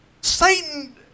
Satan